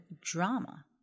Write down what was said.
drama